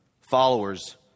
followers